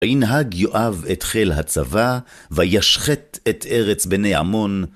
וינהג יואב את חיל הצבא, וישחת את ארץ בני עמון.